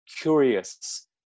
curious